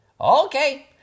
Okay